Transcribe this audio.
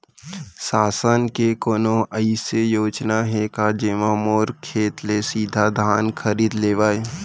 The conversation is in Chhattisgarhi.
शासन के कोनो अइसे योजना हे का, जेमा मोर खेत ले सीधा धान खरीद लेवय?